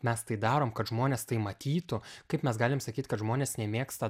mes tai darom kad žmonės tai matytų kaip mes galim sakyt kad žmonės nemėgsta